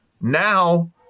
Now